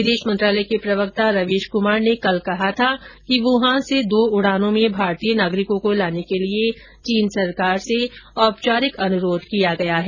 विदेश मंत्रालय के प्रवक्ता रवीश कुमार ने कल कहा था कि वुहान से दो उड़ानों में भारतीय नागरिकों को लाने के लिए चीन सरकार से औपचारिक अनुरोध किया गया है